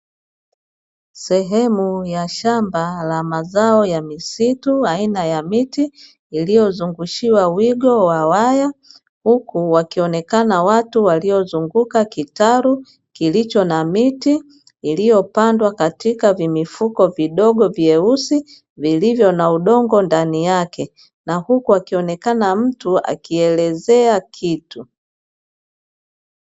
Sehemu ya shamba la mazao ya misitu aina ya miti iliyozungushiwa wigo wa waya, huku wakionekana watu waliozunguka kitalu kilicho na miti iliyopandwa katika vimifuko vidogo vyeusi vilivyo na udongo ndani yake, na huku wakionekana mtu akielezea kitu.